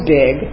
big